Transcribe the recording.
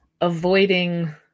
avoiding